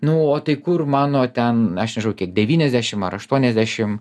nu o tai kur mano ten aš nežinau kiek devyniasdešim ar aštuoniasdešim